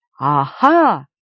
Aha